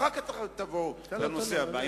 אחר כך תעבור לנושא הבא.